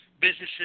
businesses